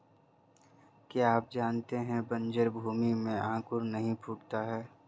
क्या आप जानते है बन्जर भूमि में अंकुर नहीं फूटता है?